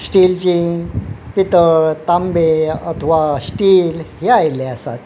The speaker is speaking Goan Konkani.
स्टिलची पितळ तांबें अथवा स्टील हे आयिल्ले आसात